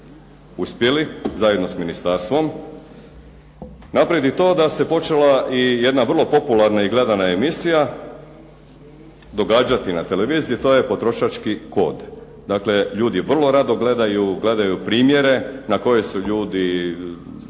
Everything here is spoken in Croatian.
uspjeli zajedno sa ministarstvom napraviti to da se počela i jedna vrlo popularna i gledana emisija događati na televiziji. To je potrošački kod. Dakle, ljudi vrlo rado gledaju primjere na koje su ljudi,